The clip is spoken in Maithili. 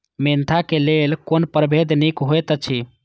मेंथा क लेल कोन परभेद निक होयत अछि?